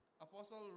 Apostle